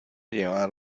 llevar